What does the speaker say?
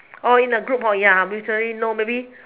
oh in a group hor ya mutually no maybe